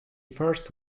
first